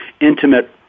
Intimate